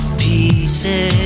pieces